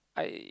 I